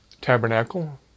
Tabernacle